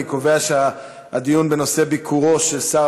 אני קובע שהדיון בנושא ביקורו של שר